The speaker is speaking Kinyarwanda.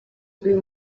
uyu